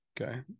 Okay